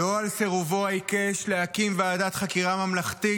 לא על סירובו העיקש להקים ועדת חקירה ממלכתית